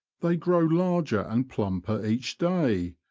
they grow larger and plumper each day,